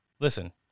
Listen